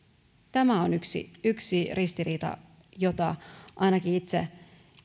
tämä on yksi yksi ristiriita jota ainakin itse